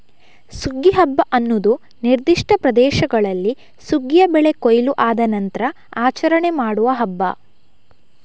ಸುಗ್ಗಿ ಹಬ್ಬ ಅನ್ನುದು ನಿರ್ದಿಷ್ಟ ಪ್ರದೇಶಗಳಲ್ಲಿ ಸುಗ್ಗಿಯ ಬೆಳೆ ಕೊಯ್ಲು ಆದ ನಂತ್ರ ಆಚರಣೆ ಮಾಡುವ ಹಬ್ಬ